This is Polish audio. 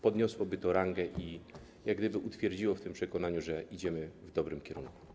Podniosłoby to rangę i jak gdyby utwierdziło w tym przekonaniu, że idziemy w dobrym kierunku.